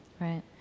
right